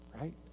right